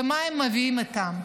ומה הם מביאים איתם,